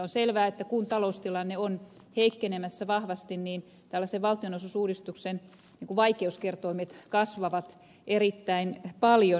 on selvää että kun taloustilanne on heikkenemässä vahvasti niin tällaisen valtionosuusuudistuksen vaikeuskertoimet kasvavat erittäin paljon